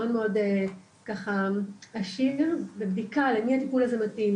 מאוד עשיר ובדיקה למי הטיפול הזה מתאים,